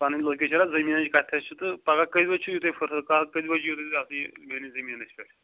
پَنٕنۍ لوکیشَن حظ زٔمیٖنٕچ کَتھ چھِ تہٕ پگاہ کٔژِ بَجہِ چھِو تۅہہِ فُرصتھ پگاہ کٔژِ بجہِ یِیِو تیٚلہِ یہِ حظ یہِ تُہۍ میٛٲنِس زٔمیٖنَس پٮ۪ٹھ